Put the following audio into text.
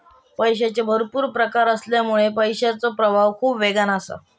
पैशाचे भरपुर प्रकार असल्यामुळा पैशाचो प्रवाह खूप वेगवान असा